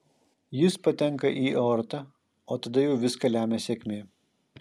jis patenka į aortą o tada jau viską lemia sėkmė